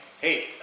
Hey